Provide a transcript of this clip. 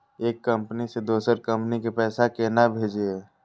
एक कंपनी से दोसर कंपनी के पैसा केना भेजये?